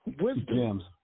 wisdom